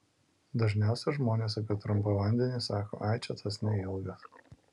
dažniausiai žmonės apie trumpą vandenį sako ai čia tas neilgas